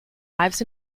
ives